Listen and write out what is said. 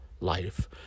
life